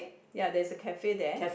ya there is a cafe there